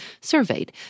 surveyed